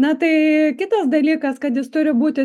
na tai kitas dalykas kad jis turi būti